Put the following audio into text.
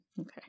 Okay